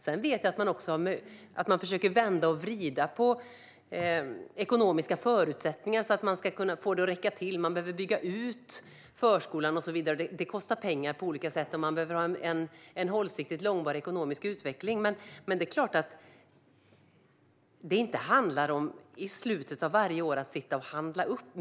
Sedan vet jag att man försöker vända och vrida på ekonomiska förutsättningar så att man ska få pengarna att räcka till. Man behöver bygga ut förskolan och så vidare, och det kostar pengar. Man behöver ha en långsiktigt hållbar ekonomisk utveckling. Men det handlar inte om att i slutet av varje år sitta och handla upp.